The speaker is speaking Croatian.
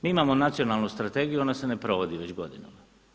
Mi imamo Nacionalnu strategiju, ona se ne provodi već godinama.